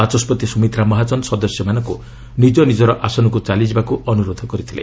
ବାଚସ୍ୱତି ସୁମିତ୍ରା ମହାଜନ ସଦସ୍ୟମାନଙ୍କୁ ନିଜ ନିଜର ଆସନକୁ ଚାଲିଯିବାକୁ ଅନୁରୋଧ କରିଥିଲେ